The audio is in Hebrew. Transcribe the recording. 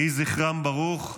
יהי זכרם ברוך.